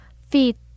feet